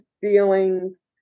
feelings